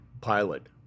pilot